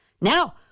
Now